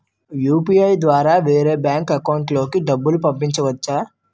UPI ద్వారా వేరే bank account లోకి డబ్బులు పంపించవచ్చా?